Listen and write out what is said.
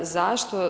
Zašto?